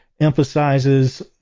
emphasizes